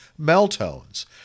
Meltones